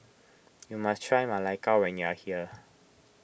you must try Ma Lai Gao when you are here